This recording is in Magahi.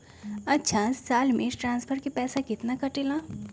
अछा साल मे ट्रांसफर के पैसा केतना कटेला?